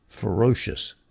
ferocious